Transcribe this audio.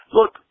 Look